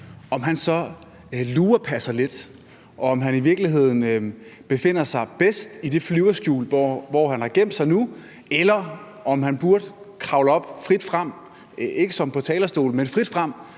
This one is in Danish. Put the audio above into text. lidt, og befinder han sig måske i virkeligheden bedst i det flyverskjul, hvor han har gemt sig nu, eller burde han kravle op, frit frem, ikke som på talerstolen, men frit frem,